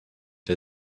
der